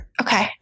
Okay